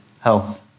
health